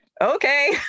okay